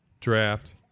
draft